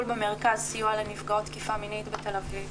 במרכז סיוע לנפגעות תקיפה מינית בתל אביב.